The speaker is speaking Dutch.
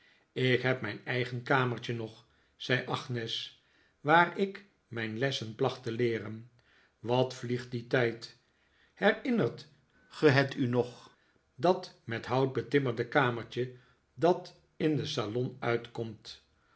ik heb mijn eigen kamertje nog zei agnes waar ik mijn lessen placht te leeren wat vliegt die tijd herinnert ge het u nog dat met hout betimmerde kamertje dat in den salon uitkomt